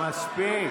מספיק.